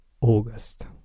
August